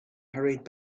hurried